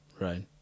Right